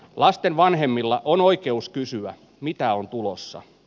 lasten vanhemmilla on oikeus kysyä mitä on tulossa